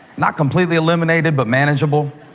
not completely eliminated but manageable.